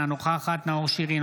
אינה נוכחת נאור שירי,